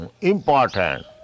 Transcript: important